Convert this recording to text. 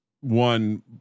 one